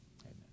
Amen